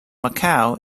macau